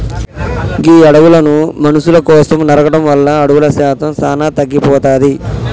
గీ అడవులను మనుసుల కోసం నరకడం వల్ల అడవుల శాతం సానా తగ్గిపోతాది